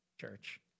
church